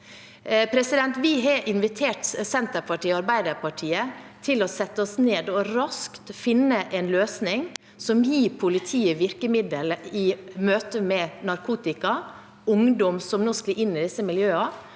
realiteten. Vi har invitert Senterpartiet og Arbeiderpartiet til å sette seg ned med oss og raskt finne en løsning som gir politiet virkemidler i møte med narkotika og ungdom som nå glir inn i disse miljøene,